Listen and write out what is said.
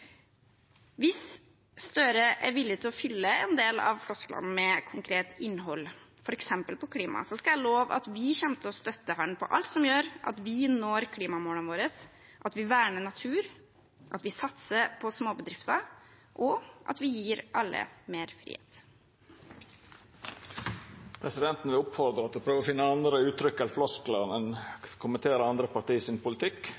Hvis Støre er villig til å fylle en del av flosklene med konkret innhold, f.eks. på klimaet, skal jeg love at vi kommer til å støtte ham i alt som gjør at vi når klimamålene våre, at vi verner natur, at vi satser på småbedrifter, og at vi gir alle mer frihet. Presidenten vil oppfordra til å prøva å finna andre uttrykk enn «flosklar» når ein kommenterer andre parti sin politikk.